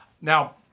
Now